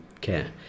care